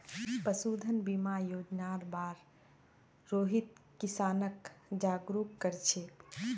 पशुधन बीमा योजनार बार रोहित किसानक जागरूक कर छेक